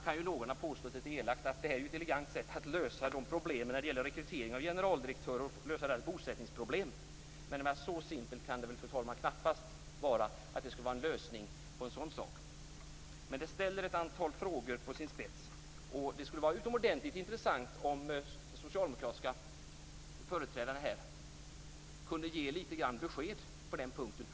Någon har lite elakt påstått att det här är ett elegant sätt att lösa problemen med rekrytering av generaldirektörer och att lösa deras bostadsproblem. Men så simpelt kan det väl, fru talman, knappast vara som att det skulle vara en lösning på en sådan sak? Men det ställer ett antal frågor på sin spets. Det skulle vara utomordentligt intressant om socialdemokratiska företrädare här kunde ge lite besked på den punkten.